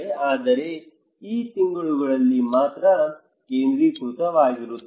ಆದರೆ ಈ ತಿಂಗಳುಗಳಲ್ಲಿ ಮಾತ್ರ ಕೇಂದ್ರೀಕೃತವಾಗಿರುತ್ತವೆ